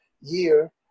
year